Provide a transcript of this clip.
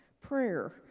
Prayer